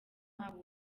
wabo